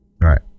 Right